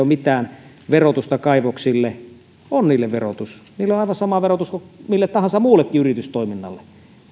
mitään verotusta kaivoksille niin on niille verotus niille on aivan sama verotus kuin mille tahansa muullekin yritystoiminnalle